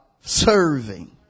serving